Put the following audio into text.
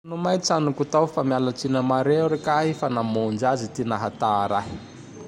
tranoko tao fa mialatsiny am areo rikahe fa namonjy ty nahatara ahy.